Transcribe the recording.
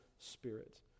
spirit